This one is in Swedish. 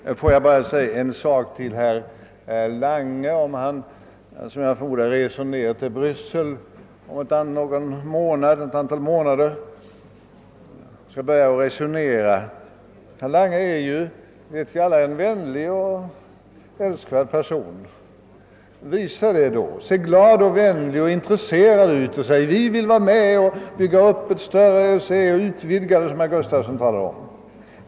Herr talman! Jag vill bara säga några ord till herr Lange. Jag förmodar att herr Lange om ett antal månader kommer att resa ner till Bryssel för att resonera om frågor i samband med EEC. Herr Lange är, såsom vi alla vet, en vänlig och älskvärd person. Visa det vid detta tillfälle! Se glad och intres-; serad ut och säg att vi vill vara med om att bygga upp ett sådant utvidgat EEC som herr Gustafson i Göteborg nämnde.